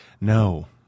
No